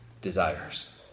desires